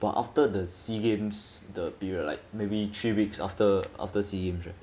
but after the SEA games the period like maybe three weeks after after SEA games right